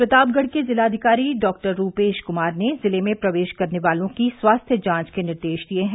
प्रतापगढ़ के जिलाधिकारी डॉक्टर रूपेश क्मार ने जिले में प्रवेश करने वालों की स्वास्थ्य जांच के निर्देश दिए हैं